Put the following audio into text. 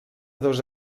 dos